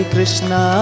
Krishna